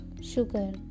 Sugar